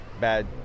bad